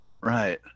Right